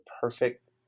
perfect